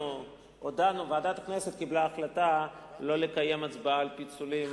ועדת הכנסת החליטה שלא לקיים הצבעה על פיצולים.